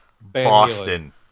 Boston